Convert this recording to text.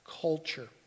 culture